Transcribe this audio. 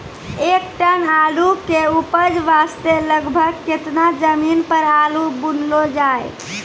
एक टन आलू के उपज वास्ते लगभग केतना जमीन पर आलू बुनलो जाय?